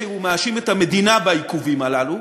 מאשים את המדינה בעיכובים הללו,